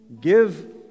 give